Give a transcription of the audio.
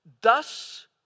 Thus